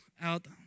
out